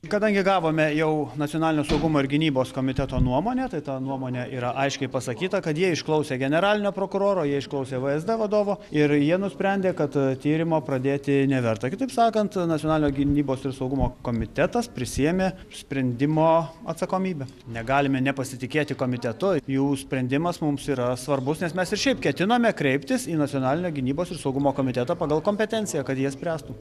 kadangi gavome jau nacionalinio saugumo ir gynybos komiteto nuomonę tai ta nuomonė yra aiškiai pasakyta kad jie išklausė generalinio prokuroro jie išklausė vsd vadovo ir jie nusprendė kad tyrimo pradėti neverta kitaip sakant nacionalinio gynybos ir saugumo komitetas prisiėmė sprendimo atsakomybę negalime nepasitikėti komitetu jų sprendimas mums yra svarbus nes mes ir šiaip ketinome kreiptis į nacionalinę gynybos ir saugumo komitetą pagal kompetenciją kad jie spręstų